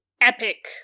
epic